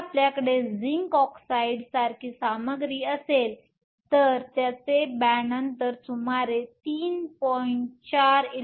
जर आपल्याकडे zinc oxide सारखी सामग्री असेल तर त्याचे बॅण्ड अंतर सुमारे 3